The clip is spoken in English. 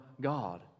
God